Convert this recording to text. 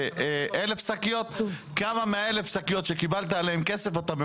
עם אמצעים מכאניים וטכנולוגיים,